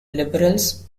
liberals